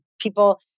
People